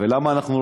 ולמה אנחנו,